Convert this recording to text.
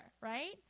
right